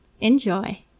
Enjoy